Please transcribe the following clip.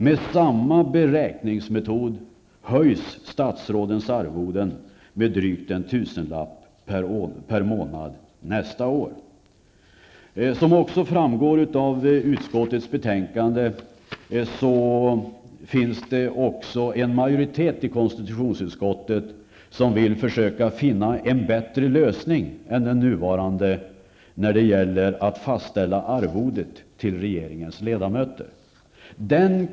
Med samma beräkningsmetod höjs statsrådens arvoden med drygt en tusenlapp per månad nästa år. Som också framgår av utskottets betänkande finns det en majoritet i konstitutionsutskottet som även vill försöka finna en bättre lösning än den nuvarande när det gäller att fastställa arvodet till regeringens ledamöter.